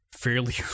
fairly